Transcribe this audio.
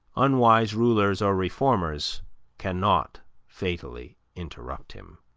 unwise rulers or reformers cannot fatally interrupt him.